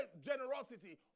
generosity